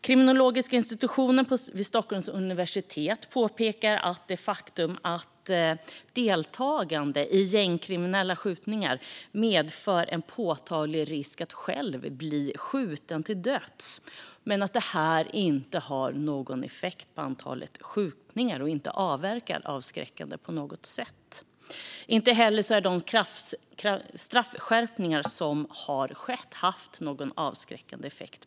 Kriminologiska institutionen vid Stockholms universitet påpekar att det faktum att deltagande i gängrelaterade skjutningar medför en påtaglig risk att själv bli skjuten till döds varken påverkar antalet skjutningar eller verkar avskräckande. Straffskärpningarna har inte heller haft någon avskräckande effekt.